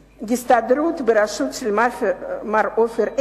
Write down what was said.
ההסתדרות, בראשות מר עופר עיני,